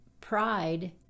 pride